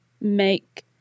make